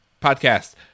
podcast